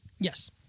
Yes